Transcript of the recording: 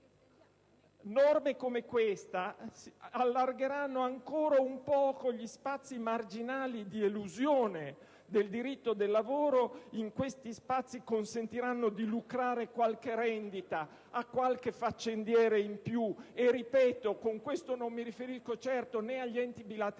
Norme come questa allargheranno ancora un poco gli spazi marginali di elusione del diritto del lavoro. E questi spazi consentiranno di lucrare qualche rendita a qualche faccendiere in più. Ripeto che con ciò non mi riferisco né agli enti bilaterali